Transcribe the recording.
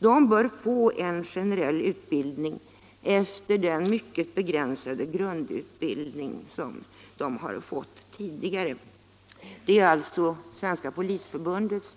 De bör få en generell utbildning efter den mycket begränsade grundutbildning som de fått tidigare. Detta är alltså Svenska polisförbundets